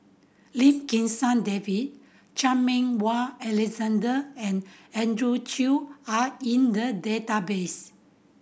Lim Kim San David Chan Meng Wah Alexander and Andrew Chew are in the database